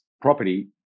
property